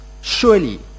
surely